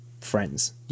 friends